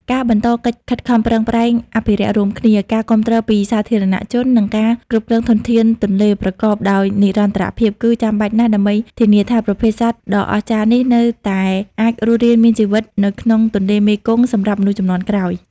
ការបន្តកិច្ចខិតខំប្រឹងប្រែងអភិរក្សរួមគ្នា ការគាំទ្រពីសាធារណជន និងការគ្រប់គ្រងធនធានទន្លេប្រកបដោយនិរន្តរភាពគឺចាំបាច់ណាស់ដើម្បីធានាថាប្រភេទសត្វដ៏អស្ចារ្យនេះនៅតែអាចរស់រានមានជីវិតនៅក្នុងទន្លេមេគង្គសម្រាប់មនុស្សជំនាន់ក្រោយ។